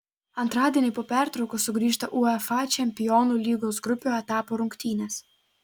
antradienį po pertraukos sugrįžta uefa čempionų lygos grupių etapo rungtynės